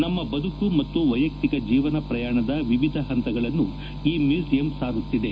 ನಮ್ಮ ಬದುಕು ಮತ್ತು ವೈಯಕ್ತಿಕ ಜೀವನ ಪ್ರಯಾಣದ ವಿವಿಧ ಹಂತಗಳನ್ನು ಈ ಮ್ಯೂಸಿಯಂ ಸಾರುತ್ತಿದೆ